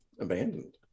Abandoned